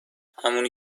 همونی